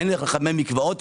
אין איך לחמם את המקוואות,